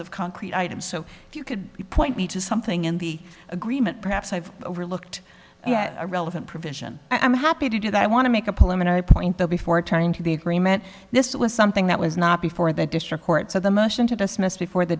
of concrete items so if you could point me to something in the agreement perhaps i've overlooked a relevant provision i'm happy to do that i want to make a policeman a point though before turning to the agreement this was something that was not before the district court so the motion to dismiss before the